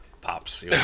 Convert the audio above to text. pops